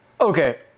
Okay